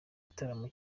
igitaramo